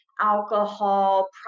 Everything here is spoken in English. alcohol